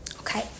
Okay